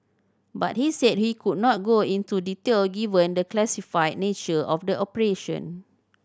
but he said he could not go into detail given the classified nature of the operation